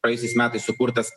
praėjusiais metais sukurtas